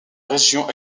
région